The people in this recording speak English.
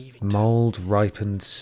Mold-ripened